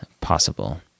possible